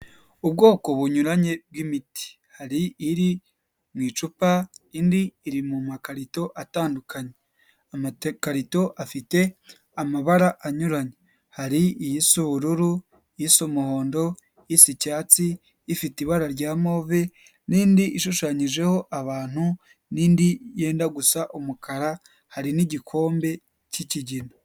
Ubwoko bunyuranye bw'imiti, hari iri mu icupa, indi iri mu makarito atandukanye. Amakarito afite amabara anyuranye, hari iy'isa ubururu, isa umuhondo, isa icyatsi, ifite ibara rya move n'indi ishushanyijeho abantu n'indi yenda gusa umukara, hari n'igikombe k'ikigina.